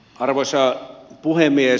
arvoisa puhemies